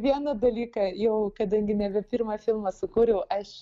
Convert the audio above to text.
vieną dalyką jau kadangi nebepirmą filmą sukūriau aš